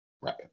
right